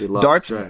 darts